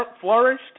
flourished